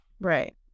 Right